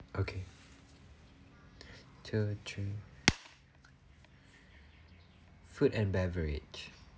okay two three food and beverage